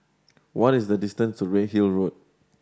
what is the distance to Redhill Road